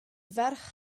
ferch